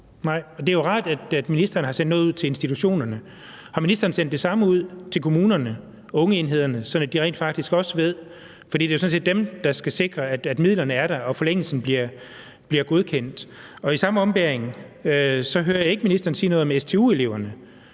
det er jo rart, at ministeren har sendt noget ud til institutionerne. Har ministeren sendt det samme ud til kommunerne, ungeenhederne, sådan at de rent faktisk også ved det? For det er jo sådan set dem, der skal sikre, at midlerne er der, og at forlængelsen bliver godkendt. Og i samme ombæring hører jeg ikke ministeren sige noget om stu-eleverne,